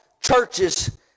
churches